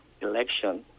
election